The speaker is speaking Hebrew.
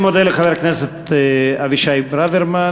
אני מודה לחבר הכנסת אבישי ברוורמן,